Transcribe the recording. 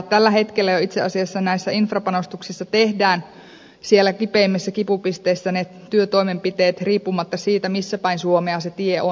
tällä hetkellä jo itse asiassa näissä infrapanostuksissa tehdään siellä kipeimmissä kipupisteissä ne työtoimenpiteet riippumatta siitä missä päin suomea se tie on